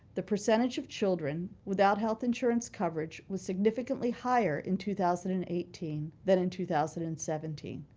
the percentage of children, without health insurance coverage was significantly higher in two thousand and eighteen, than in two thousand and seventeen.